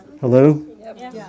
Hello